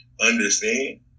understand